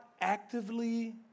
actively